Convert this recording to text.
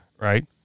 Right